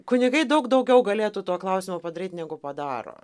kunigai daug daugiau galėtų tuo klausimu padaryt negu padaro